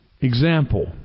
Example